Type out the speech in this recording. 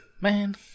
man